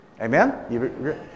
Amen